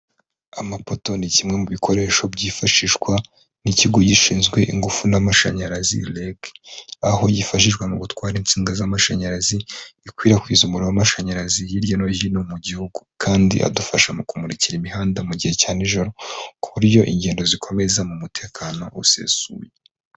Amapoto ni kimwe mu bikoresho byifashishwa n'ikigo gishinzwe ingufu n'amashanyarazi REG. Aho yifashishwa mu gutwara insinga z'amashanyarazi, ikwirakwiza umuriro w'amashanyarazi hirya no hino mu gihugu. Kandi adufasha mu kumurikira imihanda mu gihe cya nijoro, ku buryo ingendo zikomeza mu mutekano usesuye.